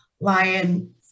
Lion